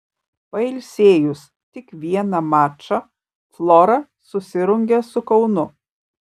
pailsėjus tik vieną mačą flora susirungia su kaunu